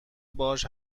باهاش